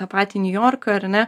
tą patį niujorką ar ne